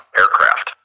aircraft